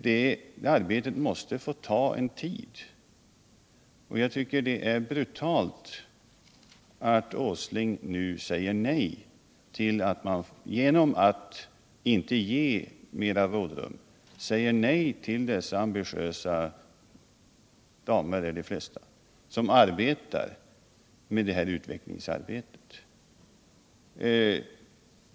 Det arbetet måste få ta en viss tid, och jag tycker det är brutalt när Nils Åsling genom att inte ge mera rådrum säger nej till de människor - de flesta är kvinnor— som arbetar med det här utvecklingsarbetet.